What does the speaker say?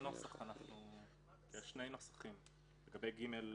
שני נוסחים לגבי (ג2)(1).